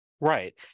Right